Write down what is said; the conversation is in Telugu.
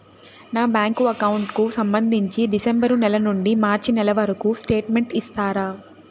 నా బ్యాంకు అకౌంట్ కు సంబంధించి డిసెంబరు నెల నుండి మార్చి నెలవరకు స్టేట్మెంట్ ఇస్తారా?